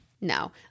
No